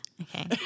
Okay